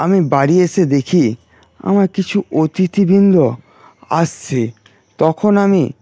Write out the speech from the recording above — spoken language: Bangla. আমি বাড়ি এসে দেখি আমার কিছু অতিথিবৃন্দ আসছে তখন আমি